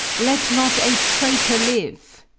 let not a traitor live!